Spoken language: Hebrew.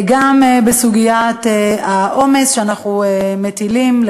גם בסוגיית העומס שאנחנו מטילים,